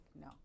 No